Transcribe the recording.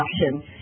option